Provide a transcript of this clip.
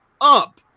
up